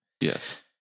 Yes